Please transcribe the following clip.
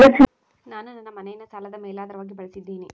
ನಾನು ನನ್ನ ಮನೆಯನ್ನ ಸಾಲದ ಮೇಲಾಧಾರವಾಗಿ ಬಳಸಿದ್ದಿನಿ